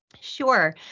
Sure